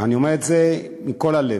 אני אומר את זה מכל הלב.